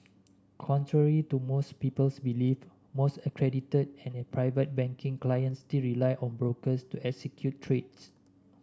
contrary to most people's belief most accredited and Private Banking clients still rely on brokers to execute trades